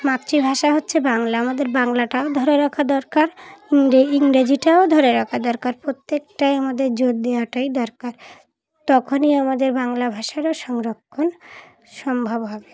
মাতৃভাষা হচ্ছে বাংলা আমাদের বাংলাটাও ধরে রাখা দরকার ইংরে ইংরেজিটাও ধরে রাখা দরকার প্রত্যেকটাই আমাদের জোর দেওয়াটাই দরকার তখনই আমাদের বাংলা ভাষারও সংরক্ষণ সম্ভব হবে